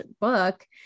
book